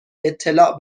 اطلاع